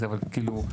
אבל כאילו,